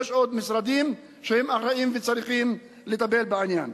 יש עוד משרדים שאחראים וצריכים לטפל בעניין.